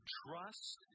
trust